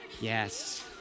Yes